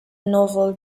novel